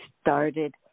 started